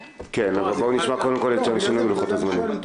כן, אבל בואו נשמע את השינויים בלוחות הזמנים.